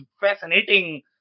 fascinating